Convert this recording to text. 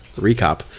recap